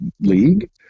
league